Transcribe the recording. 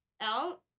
out